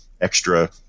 extra